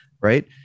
Right